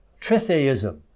tritheism